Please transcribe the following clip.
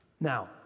Now